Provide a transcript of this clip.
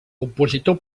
compositor